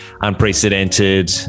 unprecedented